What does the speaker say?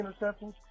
interceptions